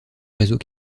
réseau